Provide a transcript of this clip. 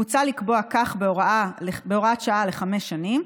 מוצע לקבוע כך בהוראת שעה לחמש שנים,